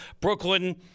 Brooklyn